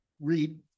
read